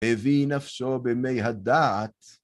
הביא נפשו במי הדעת